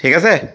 ঠিক আছে